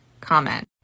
comment